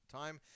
time